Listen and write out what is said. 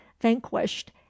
vanquished